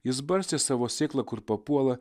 jis barstė savo sėklą kur papuola